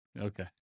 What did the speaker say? Okay